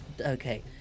okay